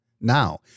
now